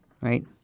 right